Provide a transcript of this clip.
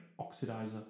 oxidizer